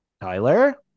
tyler